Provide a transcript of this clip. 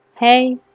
Hey